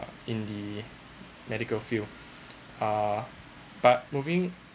in the medical field uh but moving